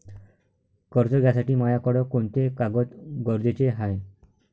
कर्ज घ्यासाठी मायाकडं कोंते कागद गरजेचे हाय?